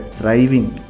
thriving